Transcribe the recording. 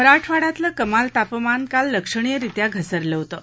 मराठवाड़यातलं कमाल तापमान काल लक्षणीयरीत्या घसरलं होतं